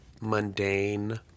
mundane